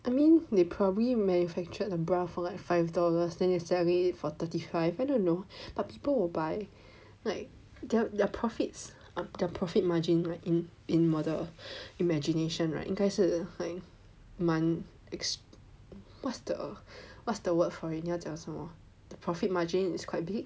I mean they probably manufactured abroad for like five dollars then they sell it for thirty five I don't know but people will buy like their their profits or their profit margin right in in model imagination right 因该是 like 蛮 what's the word for it 人家讲什么 the profit margin is quite big